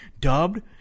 dubbed